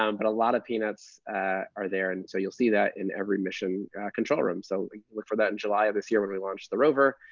um but a lot of peanuts are there, and so you'll see that in every mission control room. so look for that in july of this year when we launched the rover,